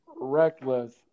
reckless